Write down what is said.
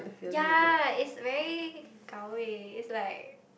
yea it's very 高位 it's like